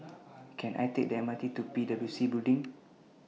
Can I Take The M R T to P W C Building